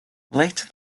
later